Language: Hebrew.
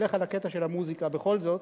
שילך על הקטע של המוזיקה בכל זאת.